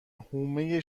حومه